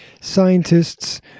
scientists